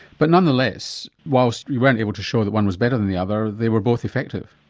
but nonetheless, whilst you weren't able to show that one was better than the other, they were both effective.